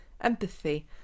empathy